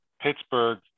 Pittsburgh